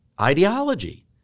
ideology